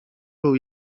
był